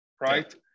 right